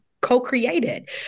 co-created